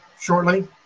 shortly